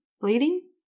Bleeding